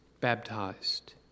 baptized